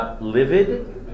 livid